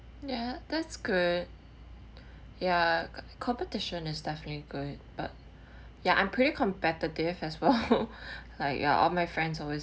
ya that's good ya competition is definitely good but ya I'm pretty competitive as well like ya all my friends always